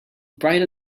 bright